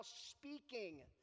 speaking